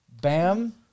bam